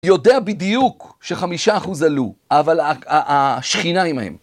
יודע בדיוק שחמישה אחוז עלו, אבל השכינה עמההם.